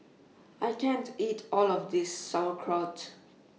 I can't eat All of This Sauerkraut